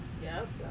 Yes